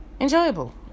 enjoyable